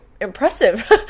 impressive